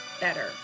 better